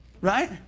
Right